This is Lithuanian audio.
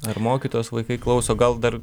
ar mokytojos vaikai klauso gal dar